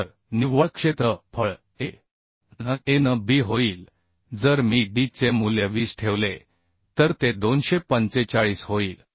तर निव्वळ क्षेत्र फळ A n A n b होईल जर मी d चे मूल्य 20 ठेवले तर ते 245 होईल